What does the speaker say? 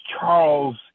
Charles